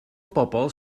bobl